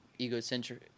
egocentric